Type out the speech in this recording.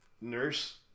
Nurse